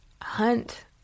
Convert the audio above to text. hunt